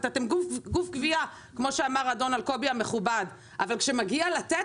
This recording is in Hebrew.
אתם גוף גבייה כמו שאמר אדון אלקובי המכובד אבל כשמגיע לתת,